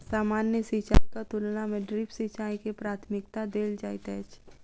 सामान्य सिंचाईक तुलना मे ड्रिप सिंचाई के प्राथमिकता देल जाइत अछि